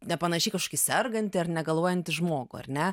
nepanaši į kažkokį sergantį ar negaluojantį žmogų ar ne